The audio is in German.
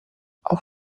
auch